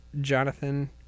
Jonathan